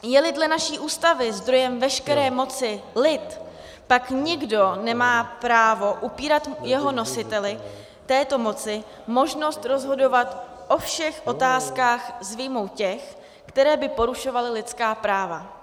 Jeli dle naší Ústavy zdrojem veškeré moci lid, pak nikdo nemá právo upírat nositeli této moci možnost rozhodovat o všech otázkách s výjimkou těch, které by porušovaly lidská práva.